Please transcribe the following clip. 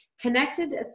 connected